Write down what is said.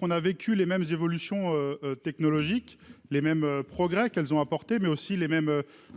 on a vécu les mêmes évolutions technologiques, les mêmes progrès qu'elles ont apporté, mais aussi les mêmes,